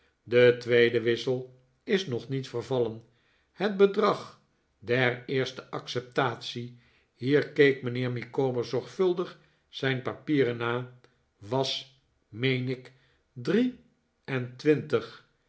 de tweede wissel is nog niet vervallen het bedrag der eerste acceptatie hier keek mijnheer micawber zorgvuldig zijn papieren na was meen ik drie en twintig